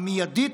המיידית,